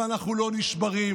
אבל אנחנו לא נשברים.